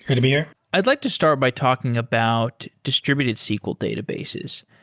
to be here. i'd like to start by talking about distributed sql databases.